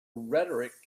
rhetoric